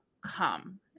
come